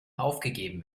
aufgegeben